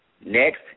Next